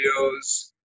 videos